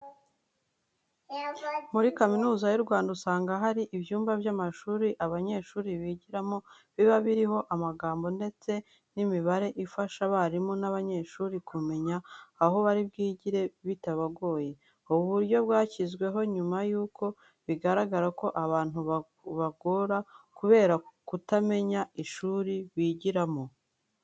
Muri Kaminuza y'u Rwanda usanga hari ibyumba by'amashuri abanyeshuri bigiramo biba biriho amagambo ndetse n'imibare ifasha abarimu n'abanyeshuri kumenya aho bari bwigire bitabagoye. Ubu buryo, bwashyizweho nyuma yuko bigaragaye ko abantu bayobaga kubera kutamenya ishuri bigiramo.